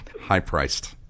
High-priced